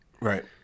Right